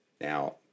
Now